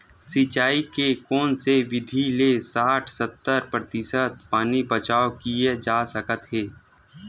सिंचाई के कोन से विधि से साठ सत्तर प्रतिशत पानी बचाव किया जा सकत हे?